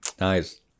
Nice